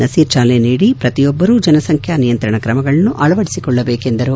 ನಸೀರ್ ಚಾಲನೆ ನೀಡಿ ಪ್ರತಿಯೊಬ್ಬರು ಜನಸಂಖ್ಯಾ ನಿಯಂತ್ರಣ ಕ್ರಮಗಳನ್ನು ಅಳವಡಿಸಿಕೊಳ್ಳಬೇಕೆಂದರು